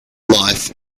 life